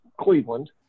Cleveland